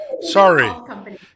Sorry